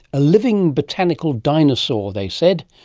a living botanical dinosaur, they said,